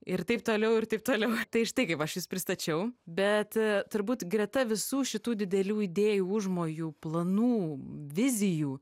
ir taip toliau ir taip toliau tai štai kaip aš jus pristačiau bet turbūt greta visų šitų didelių idėjų užmojų planų vizijų